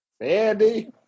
Andy